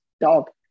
dog